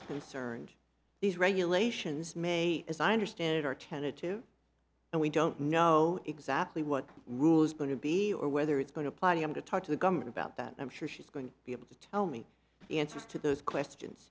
concerned these regulations may as i understand it are tentative and we don't know exactly what rules going to be or whether it's going to play him to talk to the government about that i'm sure she's going to be able to tell me the answers to those questions